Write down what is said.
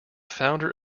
founder